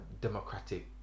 democratic